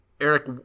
Eric